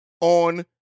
on